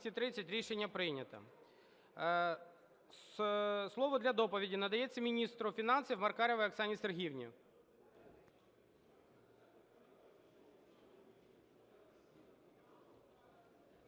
Рішення прийнято. Слово для доповіді надається міністру фінансів Маркаровій Оксані Сергіївні.